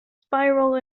spiral